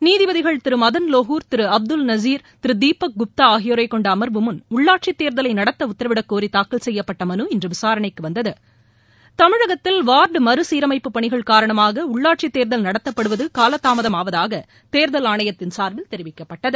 நீதிபதிகள் திரு மதன்லோகூர் திரு அப்துல் நஸீர் திரு தீபக் குப்தா ஆகியோர் கொண்ட அமர்வு முன் உள்ளாட்சித் தேர்தலை நடத்த உத்தரவிடக் கோரி தாக்கல் செய்யப்பட்ட மனு இன்று விசாரணைக்கு வந்தக தமிழகத்தில் வார்டு மறுசீரமைப்புப் பணிகள் காரணமாக உள்ளாட்சித் தேர்தல் நடத்தப்படுவது காலதாமதம் ஆவதாக தேர்தல் ஆணையத்தின் சார்பில் தெரிவிக்கப்பட்டது